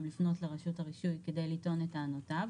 לפנות לרשות הרישוי כדי לטעון את טענותיו.